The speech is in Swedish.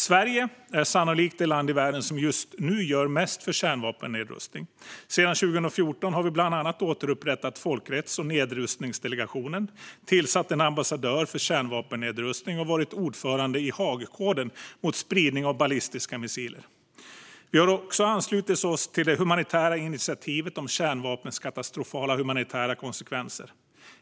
Sverige är sannolikt det land i världen som just nu gör mest för kärnvapennedrustning. Sedan 2014 har vi bland annat återupprättat Folkrätts och nedrustningsdelegationen, tillsatt en ambassadör för kärnvapennedrustning och varit ordförande i Haagkoden mot spridning av ballistiska missiler. Vi har också anslutit oss till det humanitära initiativet om kärnvapens katastrofala humanitära konsekvenser.